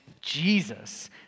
Jesus